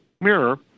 mirror